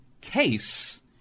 case